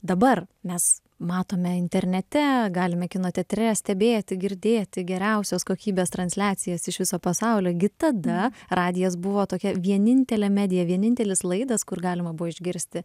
dabar mes matome internete galime kino teatre stebėti girdėti geriausios kokybės transliacijas iš viso pasaulio gi tada radijas buvo tokia vienintelė media vienintelis laidas kur galima buvo išgirsti